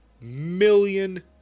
million